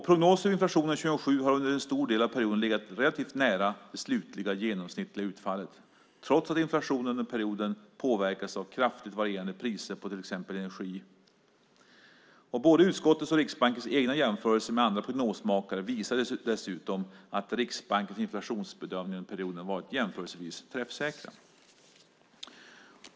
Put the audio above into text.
Prognosen för 2007 har under en stor del av perioden legat relativt nära det slutliga genomsnittliga utfallet trots att inflationen under perioden påverkats av kraftigt varierande priser på till exempel energi. Både utskottets och Riksbankens egna jämförelser med andra prognosmakare visar dessutom att Riksbankens inflationsbedömningar under perioden varit jämförelsevis träffsäkra.